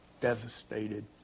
devastated